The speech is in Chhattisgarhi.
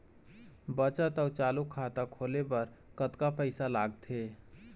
बचत अऊ चालू खाता खोले बर कतका पैसा लगथे?